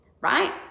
right